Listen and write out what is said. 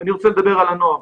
אני רוצה לדבר על הנוער.